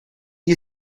you